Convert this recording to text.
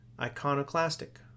Iconoclastic